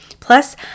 Plus